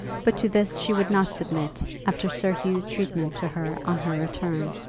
but to this she would not submit after sir hugh's treatment to her on her return.